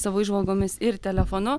savo įžvalgomis ir telefonu